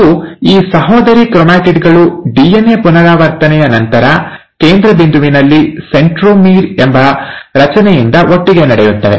ಮತ್ತು ಈ ಸಹೋದರಿ ಕ್ರೊಮ್ಯಾಟಿಡ್ಗಳು ಡಿಎನ್ಎ ಪುನರಾವರ್ತನೆಯ ನಂತರ ಕೇಂದ್ರ ಬಿಂದುವಿನಲ್ಲಿ ʼಸೆಂಟ್ರೊಮೀರ್ʼ ಎಂಬ ರಚನೆಯಿಂದ ಒಟ್ಟಿಗೆ ನಡೆಯುತ್ತವೆ